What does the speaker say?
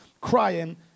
crying